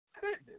Goodness